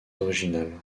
originales